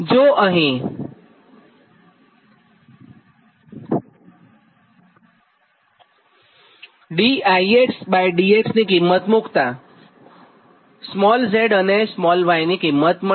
જો અહીં dIdx ની કિંમત અહીં મુક્તા z અને y ની કિંમત મળશે